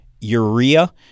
urea